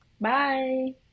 bye